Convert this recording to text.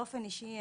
באופן אישי,